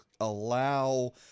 allow